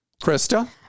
Krista